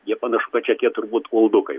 jie panašu kad čia tie turbūt uldukai